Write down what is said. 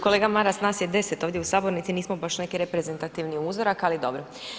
Kolega Maras nas je deset ovdje u sabornici i nismo baš neki reprezentativni uzorak, ali dobro.